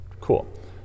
Cool